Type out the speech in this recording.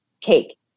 cake